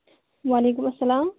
وعلیکُم اسلام